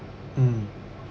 mm